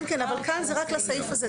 כן, אבל כאן זה רק לסעיף הזה.